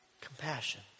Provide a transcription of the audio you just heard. Compassion